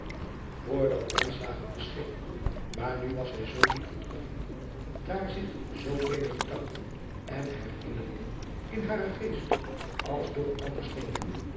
dat verscheen maar nu was zij zoo diep getroffen daar zich zoovele gedachten en herinneringen in haren geest als door elkander slingerden